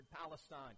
Palestine